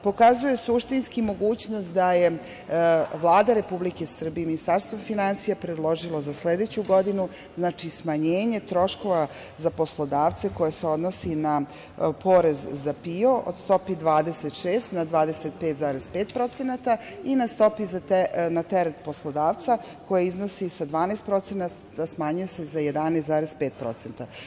Pokazuje suštinski mogućnost da je Vlada Republike Srbije, Ministarstvo finansija predložilo za sledeću godinu smanjenje troškova za poslodavce koje se odnosi na porez za PIO od stope 26% na 25,5% i na stopi na teret poslodavca koja iznosi sa 12% smanjuje se na 11,5%